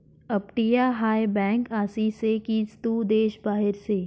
अपटीया हाय बँक आसी से की तू देश बाहेर से